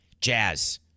Jazz